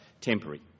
temporary